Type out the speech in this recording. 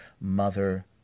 mother